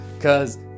Cause